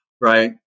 Right